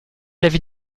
l’avis